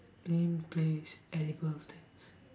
name place edible things